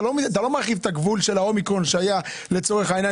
אתה לא מרחיב את הגבול של האומיקרון שהיה לצורך העניין